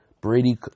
Brady